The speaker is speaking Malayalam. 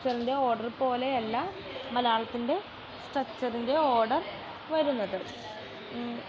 സ്ട്രക്ച്ചറിൻ്റെ ഓർഡർ പോലെയല്ല മലയാളത്തിൻ്റെ സ്ട്രക്ച്ചറിൻ്റെ ഓർഡർ വരുന്നത്